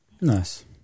Nice